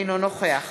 אינו נוכח